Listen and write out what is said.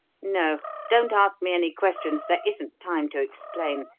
no, don't ask me any questions there isn't time to explain.